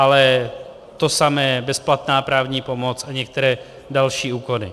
Ale to samé bezplatná právní pomoc a některé další úkony.